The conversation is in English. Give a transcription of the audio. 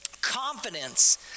confidence